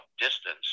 distance